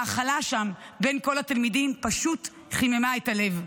ההכלה שם בין כל התלמידים פשוט חיממה את הלב.